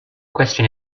question